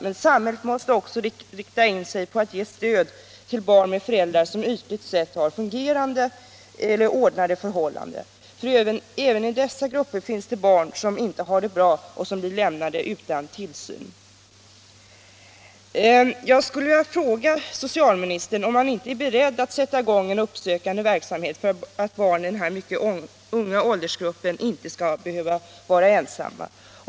Men samhället måste också rikta in sig på att ge stöd till barn och föräldrar, som ytligt sett har fungerande eller ordnade förhållanden. Även i dessa grupper finns det nämligen barn som inte har det bra och som blir lämnade utan tillsyn. Jag vill fråga socialministern om han inte är beredd att sätta i gång en uppsökande verksamhet för att barn i dessa unga åldrar inte skall behöva vara ensamma.